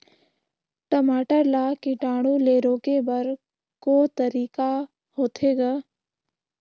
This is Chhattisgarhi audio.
टमाटर ला कीटाणु ले रोके बर को तरीका होथे ग?